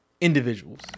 individuals